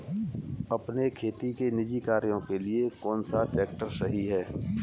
अपने खेती के निजी कार्यों के लिए कौन सा ट्रैक्टर सही है?